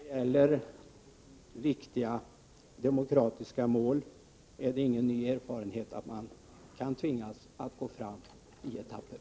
Herr talman! När det gäller viktiga demokratiska mål är det ingen ny erfarenhet att man kan tvingas gå fram i etapper.